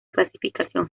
clasificación